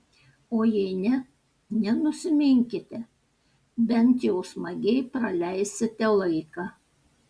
o jei ne nenusiminkite bent jau smagiai praleisite laiką